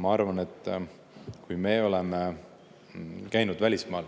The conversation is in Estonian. Ma arvan, et kui me oleme käinud välismaal